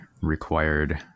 required